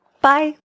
Bye